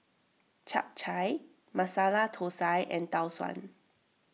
Chap Chai Masala Thosai and Tau Suan